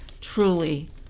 truly